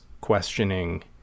questioning